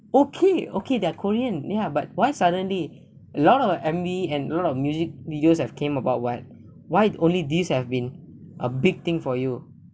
okay okay they're korean ya but why suddenly a lot of M_V and a lot of music videos have came about what why only these have been a big thing for you